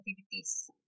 activities